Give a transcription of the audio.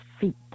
feet